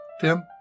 Tim